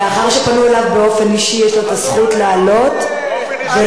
מאחר שפנו אליו באופן אישי יש לו הזכות לעלות ולהגיב.